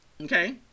okay